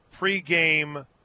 pregame